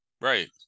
Right